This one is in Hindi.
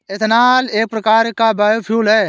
एथानॉल एक प्रकार का बायोफ्यूल है